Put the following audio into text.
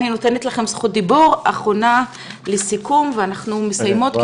אני נותנת לכם זכות דיבור אחרונה לסיכום ואנחנו מסיימות,